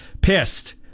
pissed